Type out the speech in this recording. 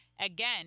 again